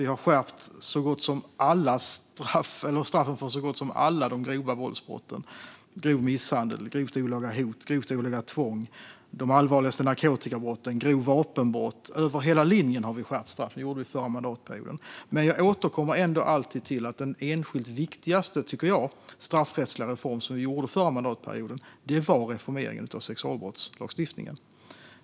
Vi har skärpt straffen för så gott som alla de grova våldsbrotten: grov misshandel, grovt olaga hot, grovt olaga tvång, de allvarligaste narkotikabrotten, grovt vapenbrott - över hela linjen skärpte vi straffen den förra mandatperioden. Jag återkommer ändå alltid till den, som jag tycker, enskilt viktigaste straffrättsliga reform som vi gjorde den förra mandatperioden, och det var att reformera sexualbrottslagstiftningen.